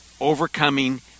overcoming